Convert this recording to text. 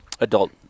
adult